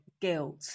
guilt